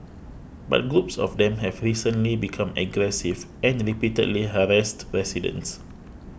but groups of them have recently become aggressive and repeatedly harassed residents